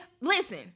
Listen